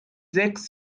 sechs